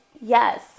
Yes